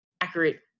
accurate